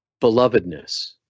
belovedness